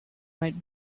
might